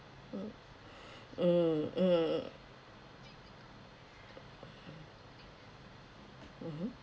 uh mm mm mmhmm